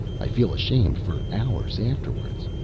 i feel ashamed for hours afterwards.